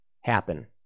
happen